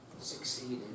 succeeded